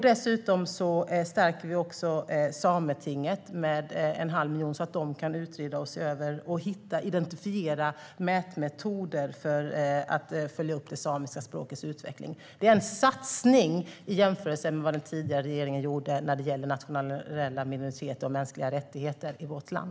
Vi stärker dessutom Sametinget med 1⁄2 miljon så att de kan utreda, se över, hitta och identifiera mätmetoder för att följa upp det samiska språkets utveckling. Det är en satsning i jämförelse med vad den tidigare regeringen gjorde när det gäller nationella minoriteter och mänskliga rättigheter i vårt land.